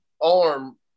arm